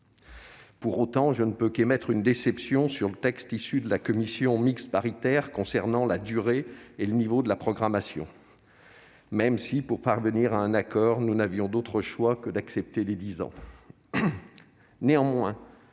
Pour autant, je ne peux qu'émettre une déception sur le texte issu de la commission mixte paritaire concernant la durée et le niveau de la programmation, même si, pour parvenir à un accord, nous n'avions d'autre choix que d'accepter la